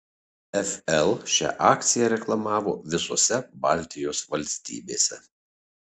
fl šią akciją reklamavo visose baltijos valstybėse